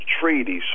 treaties